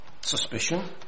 suspicion